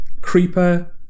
creeper